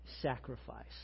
sacrifice